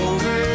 Over